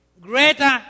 Greater